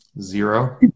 Zero